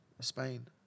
Spain